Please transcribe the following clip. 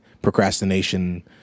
procrastination